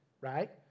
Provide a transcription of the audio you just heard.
right